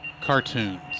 Cartoons